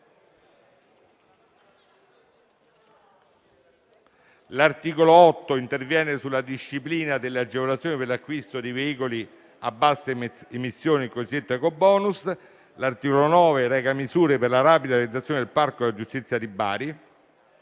L'articolo 8 interviene sulla disciplina delle agevolazioni per l'acquisto di veicoli a basse emissioni (il cosiddetto ecobonus). L'articolo 9 reca misure per la rapida realizzazione del parco della giustizia di Bari.